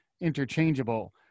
interchangeable